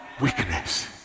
Weakness